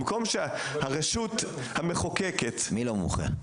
במקום שהרשות המחוקקת --- מי לא מומחה?